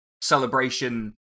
celebration